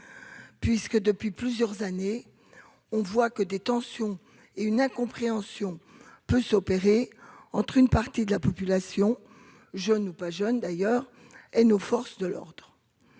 puisque depuis plusieurs années, on voit que des tensions et une incompréhension peut s'opérer entre une partie de la population jeune ou pas jeune d'ailleurs, et nos forces de l'ordre